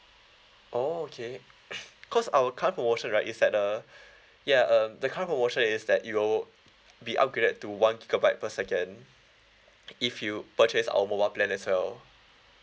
oh okay cause our current promotion right is that uh ya uh the current promotion is that you will be upgraded to one gigabyte per second if you purchase our mobile plan as well